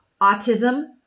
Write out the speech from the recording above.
autism